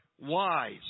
wise